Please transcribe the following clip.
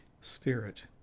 spirit